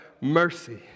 Mercy